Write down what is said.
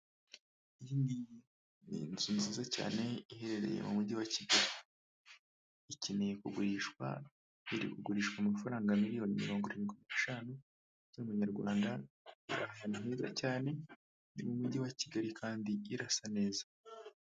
Iyi ngiyi ni inzu nziza cyane iherereye mu mujyi wa Kigali, ikeneye kugurishwa, iri kugurishwa amafaranga miliyoni mirongo irindwi n'eshanu z'amanyarwanda, ahantu heza cyane, ni mu mujyi wa Kigali kandi irasa neza.